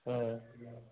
ꯎꯝ